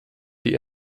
die